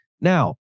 now